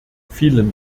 vielen